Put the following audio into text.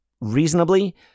reasonably